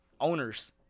owners